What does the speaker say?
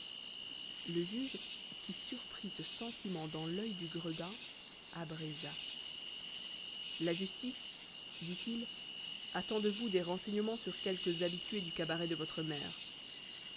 le juge qui surprit ce sentiment dans l'œil du gredin abrégea la justice dit-il attend de vous des renseignements sur quelques habitués du cabaret de votre mère